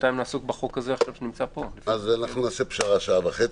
נעשה פשרה, שעה וחצי.